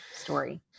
story